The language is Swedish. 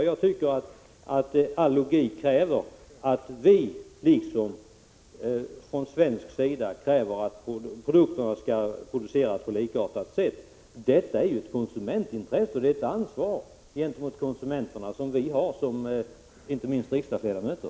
All logik fordrar att vi från svensk sida kräver att produkterna skall produceras på likartat sätt. Detta är ju ett konsumentintresse, och det är ett ansvar gentemot konsumenterna som inte minst vi har som riksdagsledamöter.